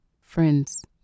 friends